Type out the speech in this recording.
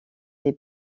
des